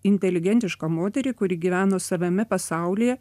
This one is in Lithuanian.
inteligentišką moterį kuri gyveno savame pasaulyje